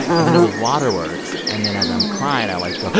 and then it was waterworks. and then as i'm crying, i'm like, oh,